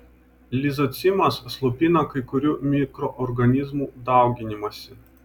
lizocimas slopina kai kurių mikroorganizmų dauginimąsi